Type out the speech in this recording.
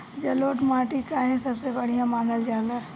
जलोड़ माटी काहे सबसे बढ़िया मानल जाला?